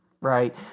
right